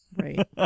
Right